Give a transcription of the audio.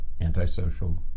antisocial